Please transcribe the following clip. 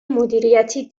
مدیریتی